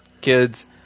kids